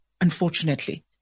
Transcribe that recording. unfortunately